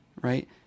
right